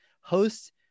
host